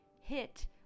hit